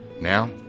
Now